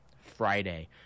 Friday